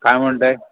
काय म्हणत आहे